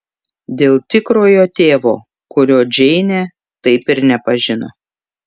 dėl tikrojo tėvo kurio džeinė taip ir nepažino